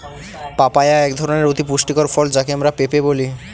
papaya একধরনের অতি পুষ্টিকর ফল যাকে আমরা পেঁপে বলি